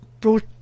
brought